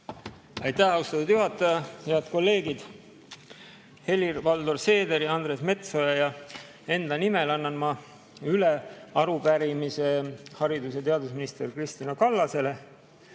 Aitäh, austatud juhataja! Head kolleegid! Helir-Valdor Seederi, Andres Metsoja ja enda nimel annan ma üle arupärimise haridus‑ ja teadusminister Kristina Kallasele.